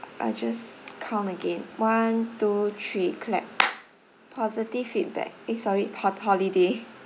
I'll just count again one two three clap positive feedback eh sorry ho~ holiday